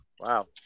Wow